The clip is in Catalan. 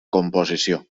composició